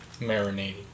Marinating